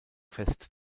fest